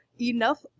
enough